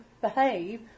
behave